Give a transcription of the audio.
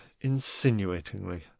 insinuatingly